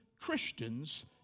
Christians